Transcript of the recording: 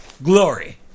glory